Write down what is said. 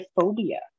phobia